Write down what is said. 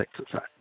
exercise